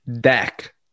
deck